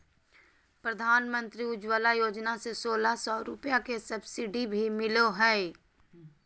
प्रधानमंत्री उज्ज्वला योजना से सोलह सौ रुपया के सब्सिडी भी मिलो हय